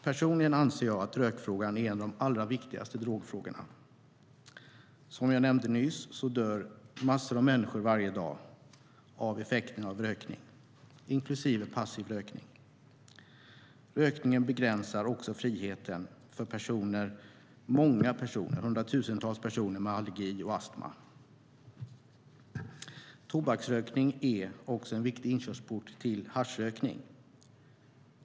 Personligen anser jag att rökfrågan är en av de allra viktigaste drogfrågorna. Som jag nämnde nyss dör massor av människor varje dag av effekterna av rökning inklusive passiv rökning. Rökningen begränsar också friheten för hundratusentals personer med allergi och astma. Tobaksrökning är också en viktig inkörsport till haschrökning.